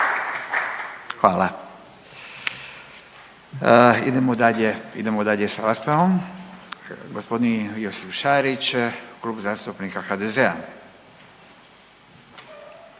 dalje. Idemo dalje s raspravom. G. Josip Šarić, Klub zastupnika HDZ-a.